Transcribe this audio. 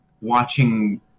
watching